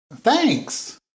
thanks